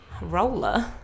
Roller